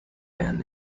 iron